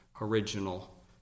original